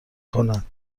کند